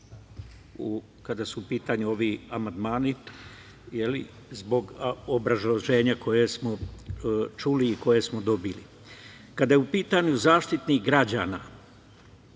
kada su u pitanju ovi amandmani, zbog obrazloženja koje smo čuli i koje smo dobili. Kada je u pitanju Zaštitnik građana,